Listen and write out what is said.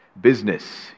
Business